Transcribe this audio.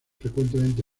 frecuentemente